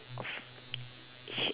sh~